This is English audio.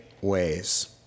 ways